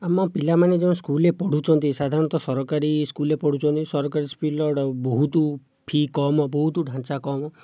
ଆମ ପିଲାମାନେ ଯେଉଁ ସ୍କୁଲରେ ପଢ଼ୁଛନ୍ତି ସାଧାରଣତଃ ସରକାରୀ ସ୍କୁଲରେ ପଢ଼ୁଛନ୍ତି ସରକାରୀ ସ୍କୁଲରେ ଗୋଟିଏ ବହୁତ ଫି କମ ବହୁତ ଢାଞ୍ଚା କମ